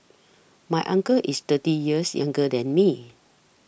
my uncle is thirty years younger than me